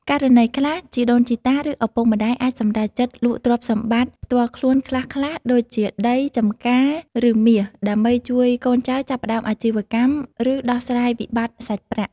ករណីខ្លះ ជីដូនជីតា ឬឪពុកម្តាយអាចសម្រេចចិត្តលក់ទ្រព្យសម្បត្តិផ្ទាល់ខ្លួនខ្លះៗ ដូចជាដី ចម្ការ ឬមាស ដើម្បីជួយកូនចៅចាប់ផ្តើមអាជីវកម្ម ឬដោះស្រាយវិបត្តិសាច់ប្រាក់។